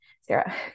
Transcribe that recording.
Sarah